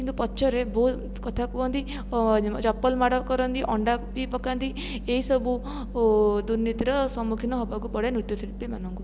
କିନ୍ତୁ ପଛରେ ବହୁତ କଥା କୁହନ୍ତି ଓ ଚପଲ୍ ମାଡ଼ କରନ୍ତି ଅଣ୍ଡା ବି ପକାନ୍ତି ଏହି ସବୁ ଦୁର୍ନୀତିର ସମୁଖୀନ ହବାକୁ ପଡ଼େ ନୃତ୍ୟ ଶିଳ୍ପି ମାନଙ୍କୁ